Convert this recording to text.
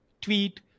tweet